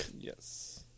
Yes